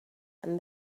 and